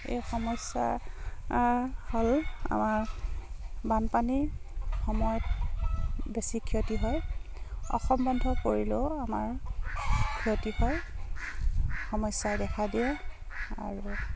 এই সমস্যা হ'ল আমাৰ বানপানীৰ সময়ত বেছি ক্ষতি হয় অসম বন্ধ পৰিলেও আমাৰ ক্ষতি হয় সমস্যাই দেখা দিয়ে আৰু